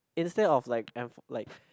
instead of like enf~ like